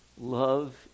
Love